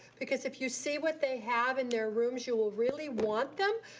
because if you see what they have in their rooms you will really want them,